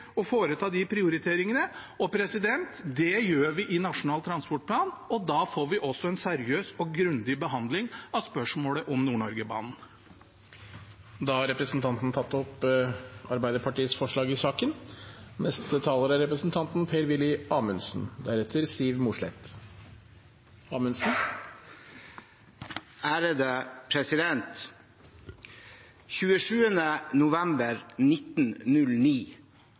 å foreta de prioriteringene? Det gjør vi i Nasjonal transportplan, og da får vi også en seriøs og grundig behandling av spørsmålet om Nord-Norge-banen. Representanten Sverre Myrli har tatt opp det forslaget han refererte til. Den 27. november 1909